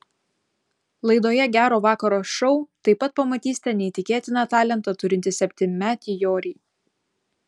laidoje gero vakaro šou taip pat pamatysite neįtikėtiną talentą turintį septynmetį jorį